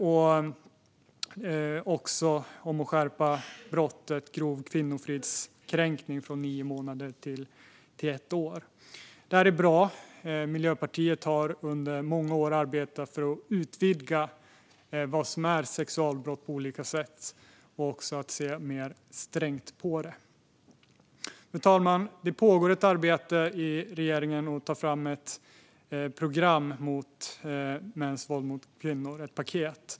Utredningen föreslår också en skärpning av straffet för grov kvinnofridskränkning från nio månaders fängelse till ett års fängelse. Detta är bra. Miljöpartiet har under många år arbetat för att man på olika sätt ska utvidga vad som är sexualbrott och att man också ska se mer strängt på sexualbrott. Fru talman! Det pågår ett arbete i regeringen med att ta fram ett program mot mäns våld mot kvinnor - ett paket.